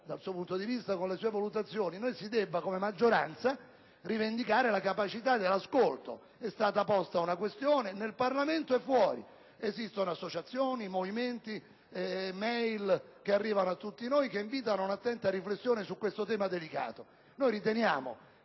dal suo punto di vista e con le sue valutazioni, che come maggioranza si debba rivendicare la capacità dell'ascolto. È stata posta una questione nel Parlamento e fuori: esistono associazioni, movimenti, *e-mail* che arrivano a tutti noi e che invitano ad un'attenta riflessione su questo tema delicato.